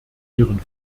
ihren